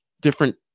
different